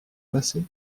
passé